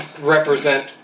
represent